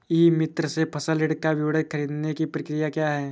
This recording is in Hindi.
ई मित्र से फसल ऋण का विवरण ख़रीदने की प्रक्रिया क्या है?